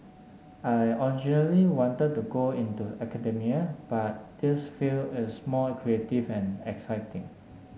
I originally wanted to go into academia but this field is more creative and exciting